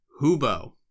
Hubo